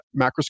macroscopic